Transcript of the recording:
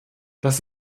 das